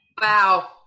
Wow